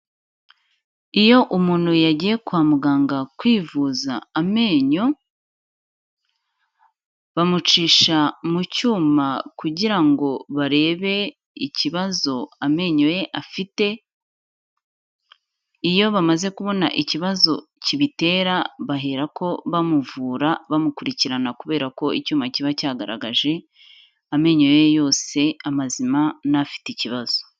Iyo umuntu yagiye kwa muganga kwivuza amenyo, bamucisha mu cyuma kugira ngo barebe ikibazo amenyo ye afite, iyo bamaze kubona ikibazo kibitera, baherako bamuvura bamukurikirana kubera ko icyuma kiba cyagaragaje amenyo ye yose, amazima n'afite ikibazo.